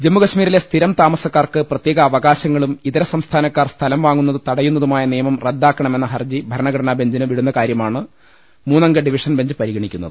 ജമ്മു കശ്മീ രിലെ സ്ഥിരം താമസക്കാർക്ക് പ്രത്യേക അവകാശങ്ങളും ഇതര സംസ്ഥാനക്കാർ സ്ഥലം വാങ്ങുന്നത് തടയുന്നതുമായ നിയമം റദ്ദാക്കണമെന്ന ഹർജി ഭരണഘടനാ ബെഞ്ചിന് വിടുന്ന കാര്യ മാണ് മൂന്നംഗ ഡിവിഷൻ ബെഞ്ച് പരിഗണിക്കുന്നത്